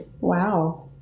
Wow